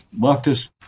leftist